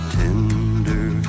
tender